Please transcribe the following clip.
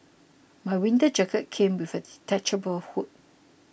my winter jacket came with a detachable hood